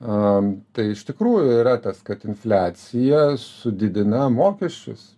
a tai iš tikrųjų yra tas kad infliacija su didina mokesčius